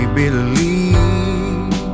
believe